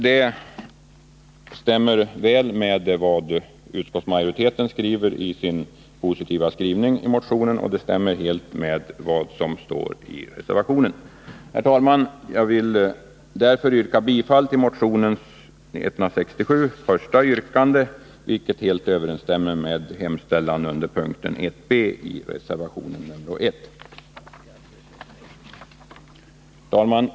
Det stämmer väl med vad utskottsmajoriteten uttalar i sin positiva skrivning om motionen, och det stämmer helt med vad som står i reservationen 1. Jag vill därför yrka bifall till motion 167, yrkande 1, vilket helt överensstämmer med hemställan under p.1b i reservation 1. Herr talman!